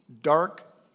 dark